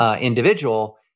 individual